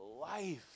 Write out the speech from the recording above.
life